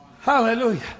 Hallelujah